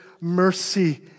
mercy